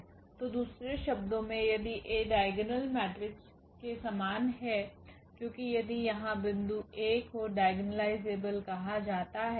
तो दूसरे शब्दों में यदि A डाइगोनल मेट्रिक्स के समान है क्योंकि यदि यहाँ बिंदु A को डायगोनालायजेबल कहा जाता है